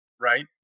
right